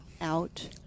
out